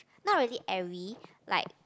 not really every like